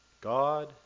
God